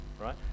right